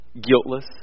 guiltless